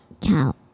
count